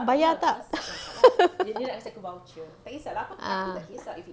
bayar tak ah